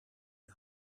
die